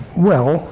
well,